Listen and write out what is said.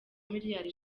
miliyari